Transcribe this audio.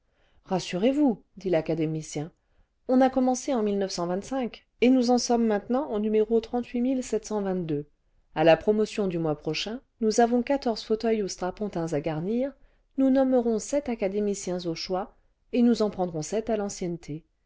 rassurez-vous dit l'académicien on a commencé en et nous en sommes maintenant au à la promotion du mois prochain nous avons quatorze fauteuils ou strapontins à garnir nous nommerons sept académiciens au choix et nous en prendrons sept à l'ancienneté